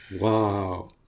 Wow